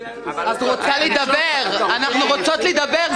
ס': אנחנו רוצות לדבר.